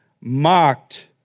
mocked